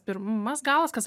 pirmas galas kas